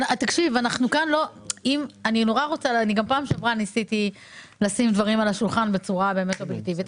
גם פעם שעברה ניסיתי לשים דברים על השולחן בצורה באמת אובייקטיבית.